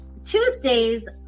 Tuesday's